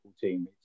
team